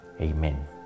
Amen